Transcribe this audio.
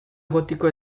gotiko